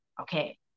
okay